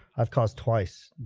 i've caused twice